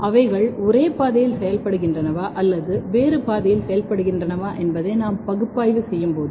அவைகள் ஒரே பாதையில் செயல்படுகின்றனவா அல்லது வேறு பாதையில் செயல்படுகின்றனவா என்பதை நாம் பகுப்பாய்வு செய்யும் போது